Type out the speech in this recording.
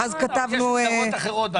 כי בשביל זה יש הטבות אחרות.